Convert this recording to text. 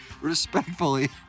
Respectfully